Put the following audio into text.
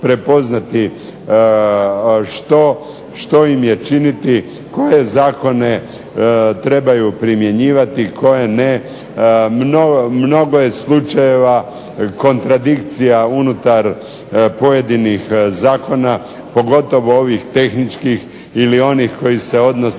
prepoznati što im je činiti, koje zakone trebaju primjenjivati, koje ne. Mnogo je slučajeva kontradikcija unutar pojedinih zakona, pogotovo ovih tehničkih ili oni koji se odnose